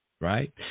right